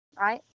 right